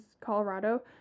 Colorado